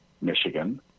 Michigan